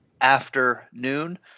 afternoon